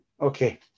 Okay